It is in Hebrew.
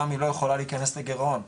רמ"י לא יכולה להיכנס לגירעון,